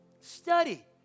Study